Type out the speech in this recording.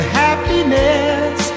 happiness